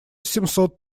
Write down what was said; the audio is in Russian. семьсот